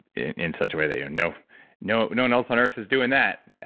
in such a way that you know no no one else on earth is doing that,